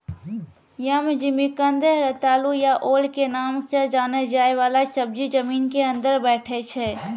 यम, जिमिकंद, रतालू या ओल के नाम सॅ जाने जाय वाला सब्जी जमीन के अंदर बैठै छै